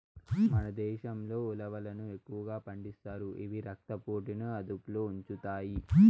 మన దేశంలో ఉలవలను ఎక్కువగా పండిస్తారు, ఇవి రక్త పోటుని అదుపులో ఉంచుతాయి